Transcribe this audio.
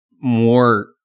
more